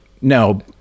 no